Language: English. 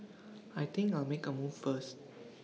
I think I'll make A move first